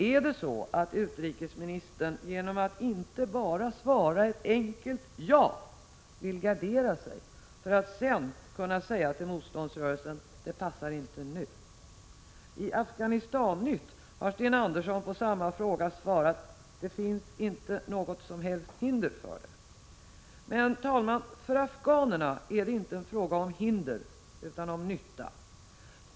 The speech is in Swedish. Är det så, att utrikesministern genom att inte bara svara ett enkelt ja vill gardera sig för att senare kunna säga till motståndsrö — Prot. 1986/87:49 relsen att det inte passar nu. I Afghanistan-Nytt har Sten Andersson på 15 december 1986 samma fråga svarat att det inte finns några som helst hinder för det. Men för afghanerna är det inte fråga om hinder utan om nytta.